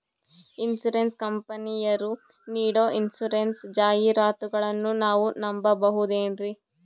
Insurance ಕಂಪನಿಯರು ನೀಡೋ insurance ಜಾಹಿರಾತುಗಳನ್ನು ನಾವು ನಂಬಹುದೇನ್ರಿ?